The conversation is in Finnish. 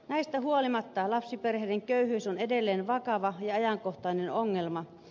näistä huolimatta lapsiperheiden köyhyys on edelleen vakava ja ajankohtainen ongelma